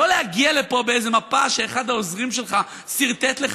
לא להגיע לפה עם איזו מפה שאחד העוזרים שלך סרטט לך,